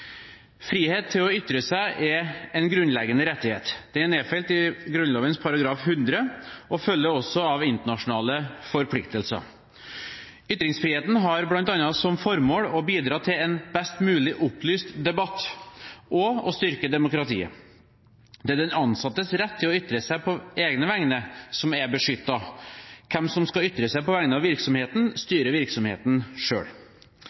Frihet til å ytre seg er en grunnleggende rettighet. Det er nedfelt i Grunnloven § 100 og følger også av internasjonale forpliktelser. Ytringsfriheten har bl.a. som formål å bidra til en best mulig opplyst debatt og å styrke demokratiet. Det er den ansattes rett til å ytre seg på egne vegne som er beskyttet. Hvem som skal ytre seg på vegne av virksomheten,